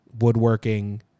woodworking